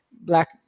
Black